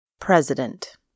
President